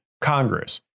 Congress